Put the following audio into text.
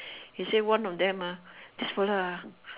he say one of them ah this fella ah